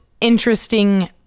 interesting